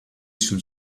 sul